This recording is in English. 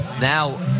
Now